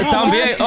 También